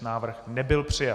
Návrh nebyl přijat.